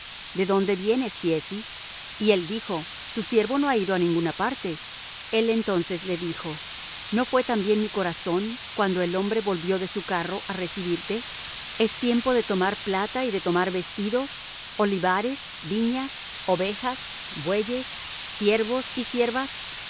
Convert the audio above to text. de dónde vienes giezi y él dijo tu siervo no ha ido á ninguna parte el entonces le dijo no fué también mi corazón cuando el hombre volvió de su carro á recibirte es tiempo de tomar plata y de tomar vestidos olivares viñas ovejas bueyes siervos y siervas